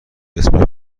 اسم